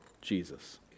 Jesus